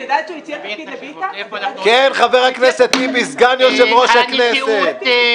כן, חבר הכנסת טיבי, סגן יושב-ראש הכנסת.